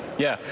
yeah,